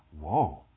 whoa